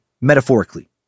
metaphorically